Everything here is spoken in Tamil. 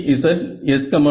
EzsB